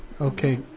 Okay